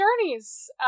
journeys